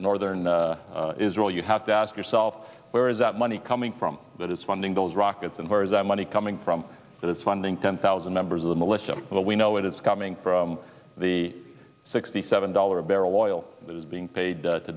northern israel you have to ask yourself where is that money coming from that is funding those rockets and where is that money coming from that is funding ten thousand members of the militia but we know it is coming from the sixty seven dollars a barrel oil is being paid